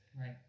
right